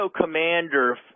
commander